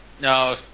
no